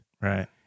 Right